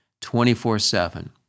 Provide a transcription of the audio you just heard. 24-7